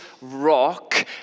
rock